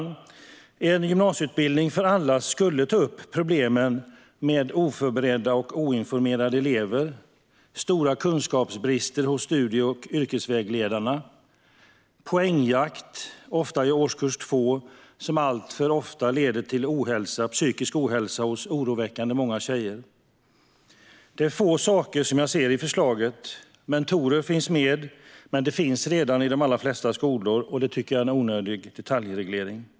Förslaget om en gymnasieutbildning för alla skulle ta upp problemen med oförberedda och oinformerade elever, stora kunskapsbrister hos studie och yrkesvägledarna och poängjakt - ofta i årskurs 2 - som alltför ofta leder till psykisk ohälsa hos oroväckande många tjejer. Det är få saker som jag ser i förslaget. Mentorer finns med, men det finns redan i de allra flesta skolor, och det tycker jag är en onödig detaljreglering.